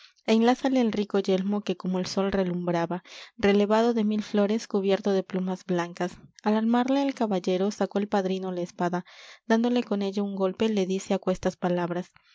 enlázale el rico yelmo que como el sol relumbraba relevado de mil flores cubierto de plumas blancas al armarle caballero sacó el padrino la espada dándole con ella un golpe le dice aquestas palabras